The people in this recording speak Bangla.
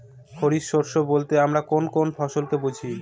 খরিফ শস্য বলতে আমরা কোন কোন ফসল কে বুঝি?